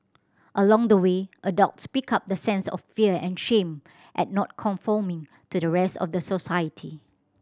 along the way adults pick up the sense of fear and shame at not conforming to the rest of the society